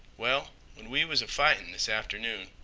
well, when we was a-fightin' this atternoon,